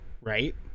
Right